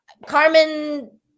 Carmen